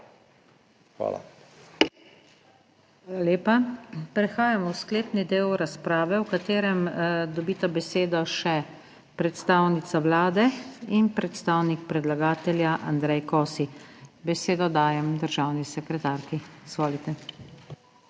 SUKIČ: Hvala lepa. Prehajamo v sklepni del razprave v katerem dobita besedo še predstavnica Vlade in predstavnik predlagatelja, Andrej Kosi. Besedo dajem državni sekretarki, izvolite.